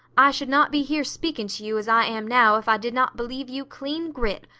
i should not be here speaking to you as i am now if i did not believe you clean grit,